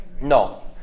No